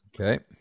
Okay